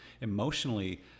emotionally